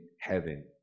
heaven